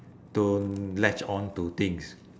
don't latch onto things